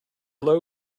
low